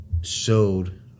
showed